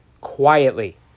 quietly